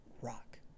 rock